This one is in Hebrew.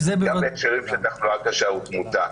גם בהקשרים של תחלואה קשה ותמותה,